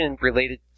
related